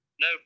No